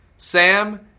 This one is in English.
Sam